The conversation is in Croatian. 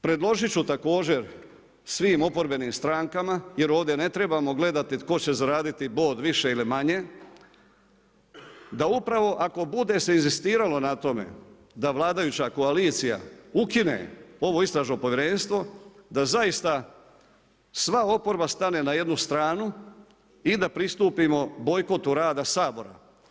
Predložiti ću također svim oporbenim strankama, jer ovdje ne trebamo gledati tko će zaraditi bod više ili manje, da upravo kada bude se inzistirao na tome da vladajuća koalicija ukine ovo Istražno povjerenstvo da zaista sva oporba stane na jednu stranu i da pristupimo bojkotu rada Sabora.